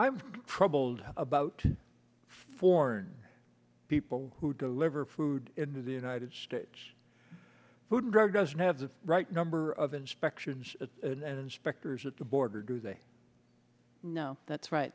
i'm troubled about foreign people who deliver food into the united states food and drug doesn't have the right number of inspections and inspectors at the border do they know that's right